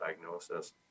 diagnosis